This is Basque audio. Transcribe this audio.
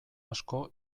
asko